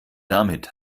damit